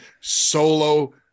Solo